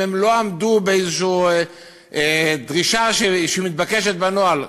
הם לא עמדו באיזו דרישה שמתבקשת בנוהל,